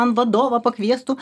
man vadovą pakviestų